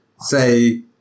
say